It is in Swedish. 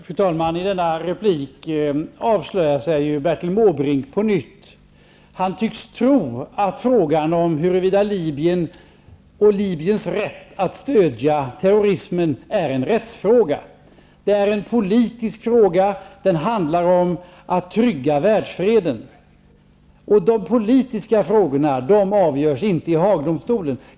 Fru talman! I denna replik avslöjar sig Bertil Måbrink på nytt. Han tycks tro att frågan om Libyens agerande och Libyens rätt att stödja terrorismen är en rättsfråga. Det är en politisk fråga. Den handlar om att trygga världsfreden. De politiska frågorna avgörs inte i Haagdomstolen.